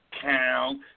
count